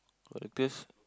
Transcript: I guess